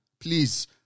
Please